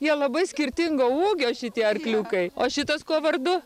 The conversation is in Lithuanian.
jie labai skirtingo ūgio šitie arkliukai o šitas kuo vardu